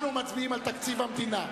אנחנו מצביעים על תקציב המדינה.